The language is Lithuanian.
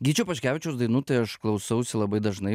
gyčio paškevičiaus dainų tai aš klausausi labai dažnai